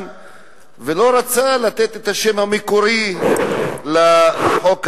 ולא רצה לתת את השם המקורי לחוק הזה,